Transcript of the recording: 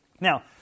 now